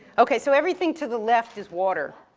okay, so, everything to the left is water.